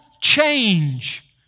change